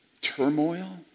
turmoil